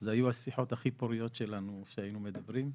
אלה היו השיחות הכי פוריות שלנו שהיינו מדברים.